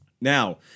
Now